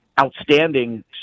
outstanding